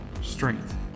Strength